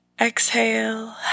Exhale